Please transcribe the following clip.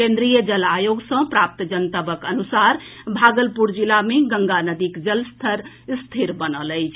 केन्द्रीय जल आयोग सँ प्राप्त जनतबक अनुसार भागलपुर जिला मे गंगा नदीक जलस्तर स्थिर बनल अछि